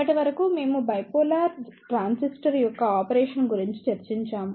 ఇప్పటి వరకు మేము బైపోలార్ ట్రాన్సిస్టర్ యొక్క ఆపరేషన్ గురించి చర్చించాము